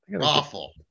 Awful